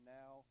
now